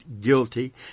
guilty